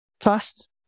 trust